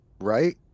Right